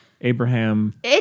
Abraham